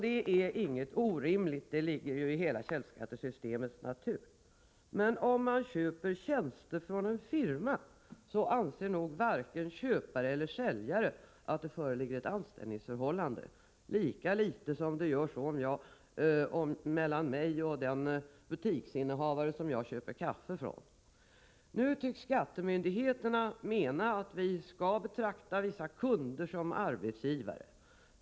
Det är inget orimligt — det ligger ju i källskattesystemets natur. Men om man köper tjänster från en firma, så anser nog varken köpare eller säljare att det föreligger ett anställningsförhållande, lika litet som det gör så mellan mig och den butiksinnehavare som jag köper kaffe av. Nu tycks skattemyndigheterna mena att vi skall betrakta vissa kunder som arbetsgivare.